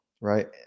right